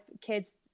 kids